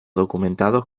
documentado